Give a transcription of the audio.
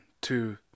two